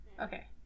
Okay